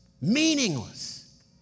meaningless